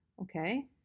Okay